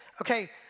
Okay